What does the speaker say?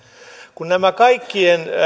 kun nämä kaikkien